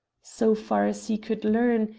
so far as he could learn,